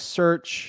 search